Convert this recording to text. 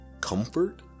comfort